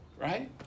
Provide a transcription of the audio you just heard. right